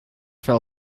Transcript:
fell